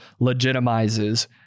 legitimizes